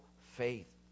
faith